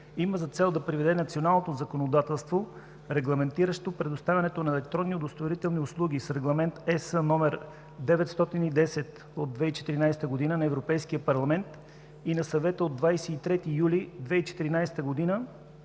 има за цел да приведе националното законодателство, регламентиращо предоставянето на електронни удостоверителни услуги, с Регламент ЕС 910/2014 г. на Европейския парламент и на Съвета от 23 юли 2014 г.